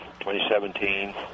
2017